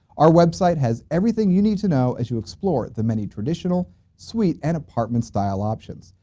our website has everything you need to know as you explore the many traditional suite and apartment style options.